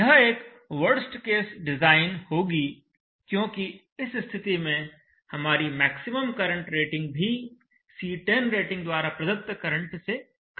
यह एक worst case design होगी क्योंकि इस स्थिति में हमारी मैक्सिमम करंट रेटिंग भी C10 रेटिंग द्वार प्रदत्त करंट से कम है